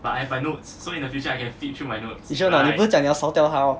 you sure or not 你不是讲你要烧掉它咯